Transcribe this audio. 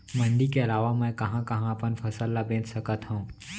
मण्डी के अलावा मैं कहाँ कहाँ अपन फसल ला बेच सकत हँव?